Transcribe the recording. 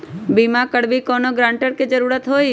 बिमा करबी कैउनो गारंटर की जरूरत होई?